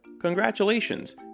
Congratulations